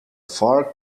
far